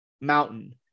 mountain